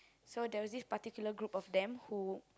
so there was this particular group of them who